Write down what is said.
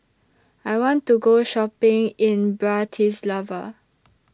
I want to Go Shopping in Bratislava